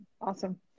awesome